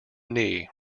knee